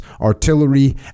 artillery